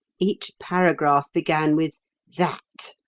each paragraph began with that.